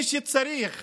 מי שצריך